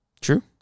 True